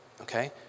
Okay